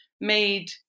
made